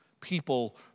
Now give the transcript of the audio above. people